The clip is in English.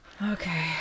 Okay